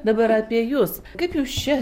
dabar apie jus kaip jūs čia